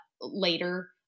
later